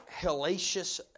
hellacious